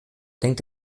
denkt